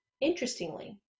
Interestingly